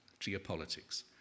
geopolitics